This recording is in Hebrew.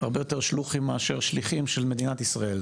הרבה יותר שלוחים מאשר שליחים של מדינת ישראל.